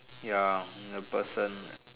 ya the person